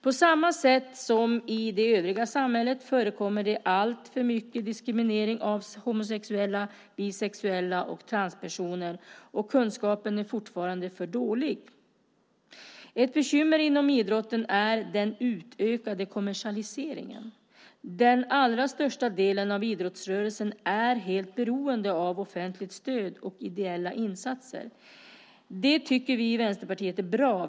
På samma sätt som i det övriga samhället förekommer det alltför mycket diskriminering av homosexuella, bisexuella och transpersoner, och kunskapen är fortfarande för dålig. Ett bekymmer inom idrotten är den utökade kommersialiseringen. Den allra största delen av idrottsrörelsen är helt beroende av offentligt stöd och ideella insatser. Det tycker vi i Vänsterpartiet är bra.